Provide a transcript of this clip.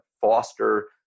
foster